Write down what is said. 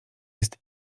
jest